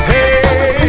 Hey